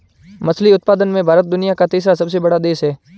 मछली उत्पादन में भारत दुनिया का तीसरा सबसे बड़ा देश है